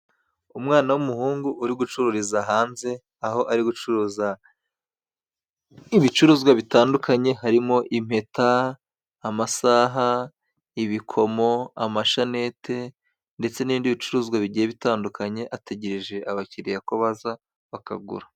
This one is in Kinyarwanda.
Umwana w'umuhungu uri gucururiza hanze aho ari gucuruza ibicuruzwa bitandukanye harimo impeta, amasaha, ibikomo, amashanete ndetse n'ibindi bicuruzwa bigiye bitandukanye, ategereje abakiriya ko baza bakagura.